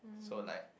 so like